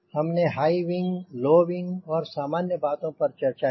हमने high wing low wing और सामान्य बातों पर चर्चा की